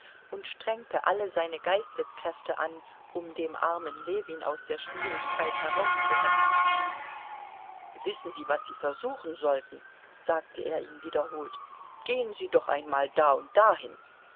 und strengte alle seine geisteskräfte an um dem armen ljewin aus der schwierigkeit herauszuhelfen wissen sie was sie versuchen sollten sagte er ihm wiederholt gehen sie doch einmal da und da